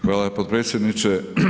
Hvala potpredsjedniče.